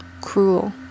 cruel